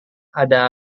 ada